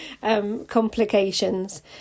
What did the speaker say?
complications